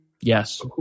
Yes